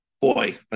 boy